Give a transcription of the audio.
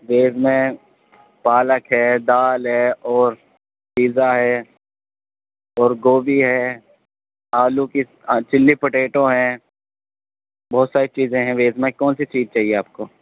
veg میں پالک ہے دال ہے اور پیزا ہے اور گوبھی ہے آلو کی چلی پوٹیٹو ہے بہت ساری چیزیں ہیں ویج میں کون سی چیز چاہیے آپ کو